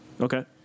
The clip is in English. Okay